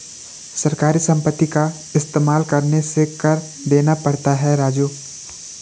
सरकारी संपत्ति का इस्तेमाल करने से कर देना पड़ता है राजू